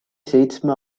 seitsme